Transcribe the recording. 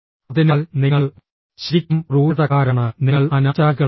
അതിനാൽ നിങ്ങൾ ശരിക്കും ക്രൂരതക്കാരാണ് നിങ്ങൾ അനാചാരികളാണ്